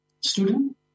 student